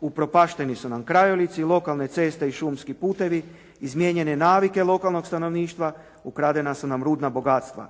Upropašteni su nam krajolici, lokalne ceste i šumski putevi, izmijenjene navike lokalnog stanovništva, ukradena su nam rudna bogatstva